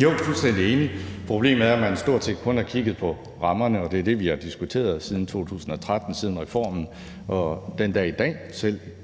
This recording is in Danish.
Jeg er fuldstændig enig. Problemet er, at man stort set kun har kigget på rammerne, og det er det, vi har diskuteret siden 2013, siden reformen, og selv den dag i dag